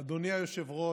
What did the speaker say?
אדוני היושב-ראש,